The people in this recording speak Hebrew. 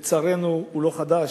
לצערנו, הוא לא חדש,